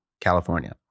California